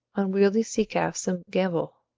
unwieldy sea calves gambol.